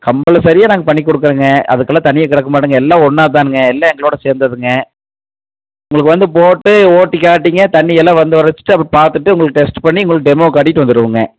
கம்ப்பல்சரியாக நாங்கள் பண்ணி கொடுக்குறோங்க அதுக்கெல்லாம் தனியாக கேட்க மாட்டேன்ங்க எல்லாம் ஒண்ணாக தானுங்க எல்லாம் எங்களோட சேந்ததுங்க உங்களுக்கு வந்து போட்டு ஓட்டி காட்டிடூங்க தண்ணி எல்லாம் வந்து வர வச்சுட்டு அப்புறம் பார்த்துட்டு டெஸ்ட் பண்ணி உங்களுக்கு டெமோ காட்டிவிட்டு வந்துருவோம்ங்க